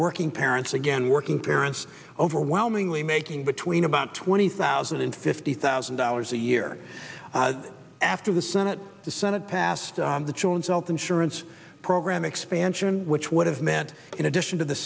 working parents again working parents overwhelmingly making between about twenty thousand and fifty thousand dollars a year after the senate the senate passed the children's health insurance program expansion which would have meant in addition to the